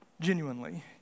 genuinely